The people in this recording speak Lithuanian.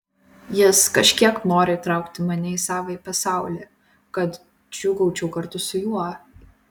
jis kažkiek nori įtraukti mane į savąjį pasaulį kad džiūgaučiau kartu su juo